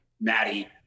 Maddie